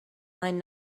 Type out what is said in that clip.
line